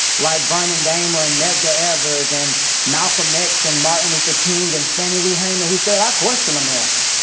like vernon dahmer and medgar evers and malcolm x and martin luther king and fannie lou hamer, who said, i question america.